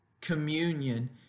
communion